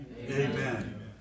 Amen